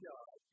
God